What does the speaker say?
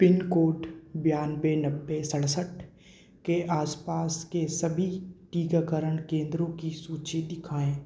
pin code बयानवे नब्बे सड़सठ के आसपास के सभी टीकाकरण केंद्रों की सूची दिखाएँ